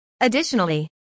Additionally